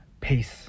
Peace